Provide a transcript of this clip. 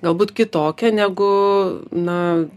galbūt kitokią negu na